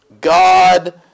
God